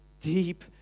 deep